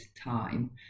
time